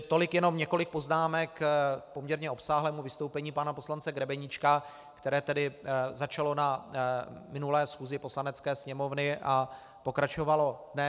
Tolik jenom několik poznámek k poměrně obsáhlému vystoupení pana poslance Grebeníčka, které tedy začalo na minulé schůzi Poslanecké sněmovny a pokračovalo dnes.